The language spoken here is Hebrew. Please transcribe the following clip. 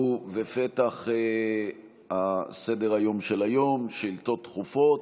בפתח סדר-היום של היום: שאילתות דחופות,